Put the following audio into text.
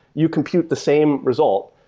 you compute the same result.